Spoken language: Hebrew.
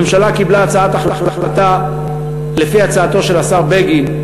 הממשלה קיבלה הצעת החלטה לפי הצעתו של השר בגין,